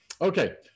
okay